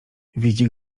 widzi